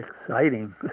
Exciting